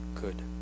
good